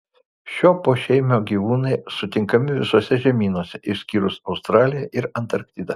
šio pošeimio gyvūnai sutinkami visuose žemynuose išskyrus australiją ir antarktidą